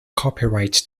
copyright